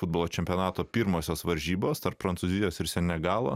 futbolo čempionato pirmosios varžybos tarp prancūzijos ir senegalo